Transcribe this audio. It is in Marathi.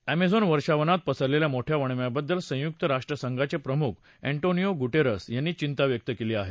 अमेझान वर्षावनात पसरलेल्या मोठ्या वणव्याबद्दल संयुक्त राष्ट्रसंघाचे प्रमुख अँटोनिओ गुटेरस यांनी चिंता व्यक्त केली आहे